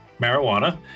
marijuana